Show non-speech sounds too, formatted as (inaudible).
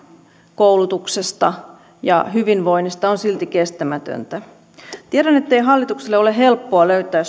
koulutuksesta ja hyvinvoinnista on silti kestämätöntä tiedän ettei hallituksen ole helppoa löytää (unintelligible)